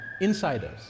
insiders